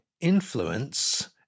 Influence